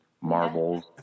marbles